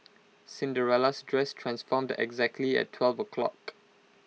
Cinderella's dress transformed exactly at twelve o'clock